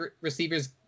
receivers